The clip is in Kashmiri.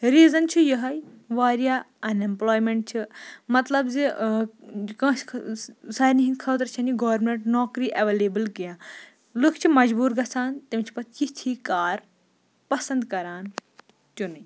ریٖزَن چھُ یِۂے واریاہ اَن اٮ۪مپٕلایمٮ۪نٛٹ چھِ مطلب زِ کٲنٛسہِ خٲ سارنی ہِنٛدِ خٲطرٕ چھَنہٕ یہِ گورمٮ۪نٛٹ نوکری اٮ۪ویلیبٕل کیٚنٛہہ لُکھ چھِ مجبوٗر گَژھان تِم چھِ پتہٕ یِتھ ہی کار پَسنٛد کَران چُنٕنۍ